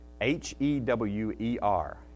h-e-w-e-r